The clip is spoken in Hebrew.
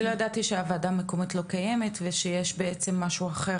אני לא ידעתי שהוועדה המקומית לא קיימת יותר ושיש בעצם משהו אחר